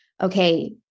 okay